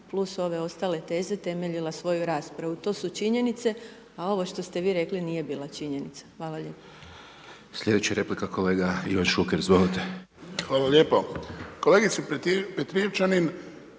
plus ove ostale teze, temeljila svoju raspravu. To su činjenice, a ovo što ste vi rekli nije bila činjenica. Hvala lijepo. **Hajdaš Dončić, Siniša (SDP)** Slijedeća replika kolega Ivan Šuker, izvolite. **Šuker, Ivan (HDZ)** Hvala lijepo. Kolegice Petrijevčanin